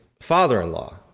father-in-law